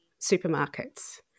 supermarkets